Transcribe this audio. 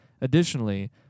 Additionally